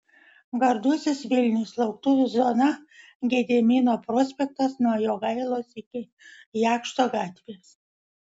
gardusis vilnius lauktuvių zona gedimino prospektas nuo jogailos iki jakšto gatvės